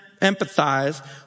empathize